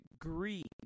greed